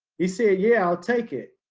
he said, yeah, i'll take it.